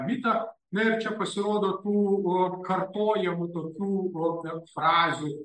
mitą na ir čia pasirodo tų kartojamų tokių frazių